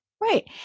Right